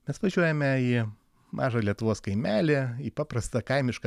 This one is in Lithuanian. mes važiuojame į mažą lietuvos kaimelį į paprastą kaimišką